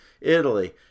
Italy